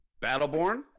Battleborn